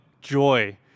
joy